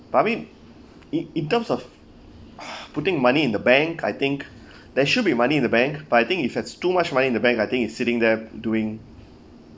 but I mean in in terms of putting money in the bank I think there should be money in the bank but I think if has too much money in the bank I think it's sitting there doing